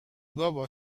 بابا